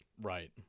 Right